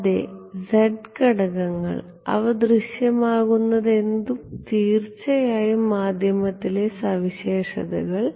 അതെ z ഘടകങ്ങൾ അവ ദൃശ്യമാകുന്നതെന്തും തീർച്ചയായും മാധ്യമത്തിലെ സവിശേഷതകൾ